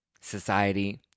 society